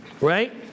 Right